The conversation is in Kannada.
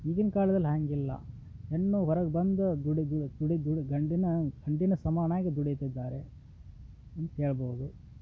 ಈಗಿನ ಕಾಲದಲ್ಲಿ ಹಾಗಿಲ್ಲ ಹೆಣ್ಣು ಹೊರಗೆ ಬಂದು ದುಡಿದು ದುಡಿದು ಉಳುದ್ ಗಂಡಿನ ಹಂಡಿನ ಸಮಾನವಾಗಿ ದುಡೀತಿದ್ದಾರೆ ಅಂತ ಹೇಳ್ಬೋದು